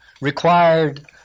required